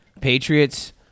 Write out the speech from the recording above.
Patriots